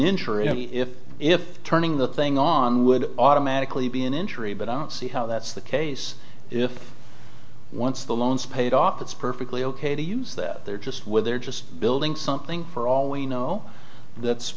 or if if turning the thing on would automatically be an injury but i don't see how that's the case if once the loans paid off it's perfectly ok to use that they're just with they're just building something for all we know that's